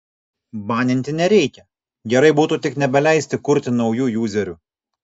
baninti nereikia gerai būtų tik nebeleisti kurti naujų juzerių